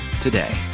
today